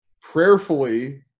prayerfully